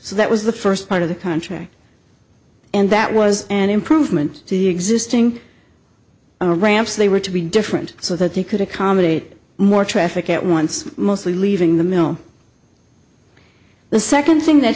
so that was the first part of the country and that was an improvement to the existing ramps they were to be different so that they could accommodate more traffic at once mostly leaving the mill the second thing that